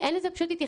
אין לזה התייחסות,